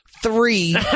three